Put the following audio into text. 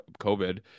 COVID